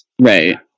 Right